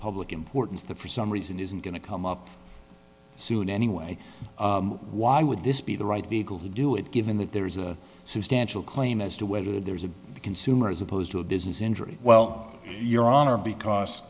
public importance that for some reason isn't going to come up soon anyway why would this be the right vehicle to do it given that there is a substantial claim as to whether there is a consumer as opposed to a business injury well your honor because